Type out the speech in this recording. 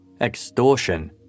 extortion